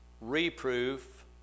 reproof